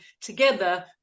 together